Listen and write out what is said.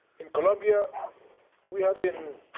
in colombia we have been,